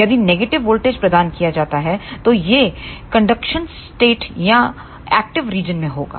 यदि negative voltage प्रदान किया जाता है तो यह कंडक्शन स्थिति या एक्टिव रिंजन में होगा